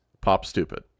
pop-stupid